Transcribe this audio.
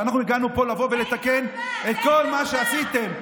הגענו לפה לבוא ולתקן את כל מה שעשיתם.